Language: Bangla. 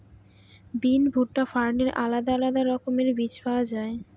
বিন, ভুট্টা, ফার্নের আলাদা আলাদা রকমের বীজ পাওয়া যায়